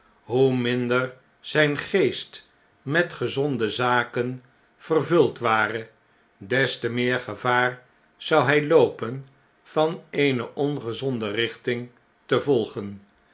hoe minder zgn geest met gezonde zake vervuld ware des te meer gevaar zou hij loopen van eene ongezonde richting te volgen